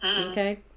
Okay